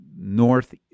north